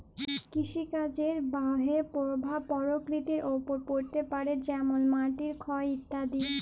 কৃষিকাজের বাহয়ে পরভাব পরকৃতির ওপর পড়তে পারে যেমল মাটির ক্ষয় ইত্যাদি